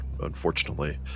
Unfortunately